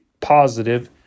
positive